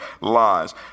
lies